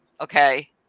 okay